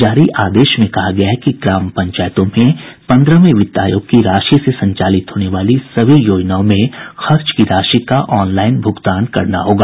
जारी आदेश में कहा गया है कि ग्राम पंचायतों में पन्द्रहवें वित्त आयोग की राशि से संचालित होने वाली सभी योजनाओं में खर्च की राशि का ऑनलाईन भुगतान करना होगा